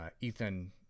Ethan